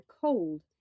cold